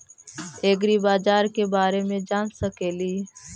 ऐग्रिबाजार के बारे मे जान सकेली?